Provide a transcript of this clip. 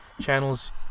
channels